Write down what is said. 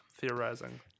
theorizing